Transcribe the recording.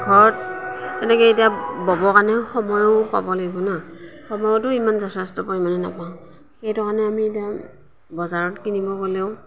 ঘৰত এনেকে এতিয়া বব কাৰণে সময়ো পাব লাগিব না সময়তো যথেষ্ট পৰিমাণে নাপাওঁ সেইধৰণে আমি এতিয়া বজাৰত কিনিব গ'লেও